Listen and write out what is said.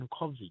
COVID